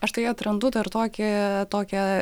aš tai atrandu dar tokį tokią